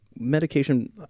Medication